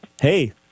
Hey